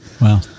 Wow